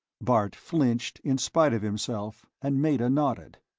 bart flinched in spite of himself, and meta nodded.